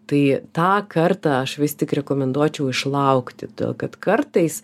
tai tą kartą aš vis tik rekomenduočiau išlaukti todėl kad kartais